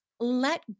Let